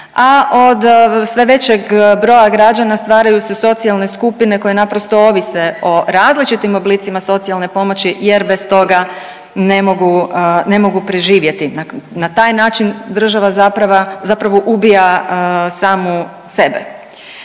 a od sve većeg broja građana stvaraju se socijalne skupine koje naprosto ovise o različitim oblicima socijalne pomoći jer bez toga ne mogu, ne mogu preživjeti. Na taj način država zapravo ubija samu sebe.